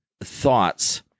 thoughts